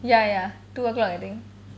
ya ya two o'clock I think